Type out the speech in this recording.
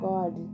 God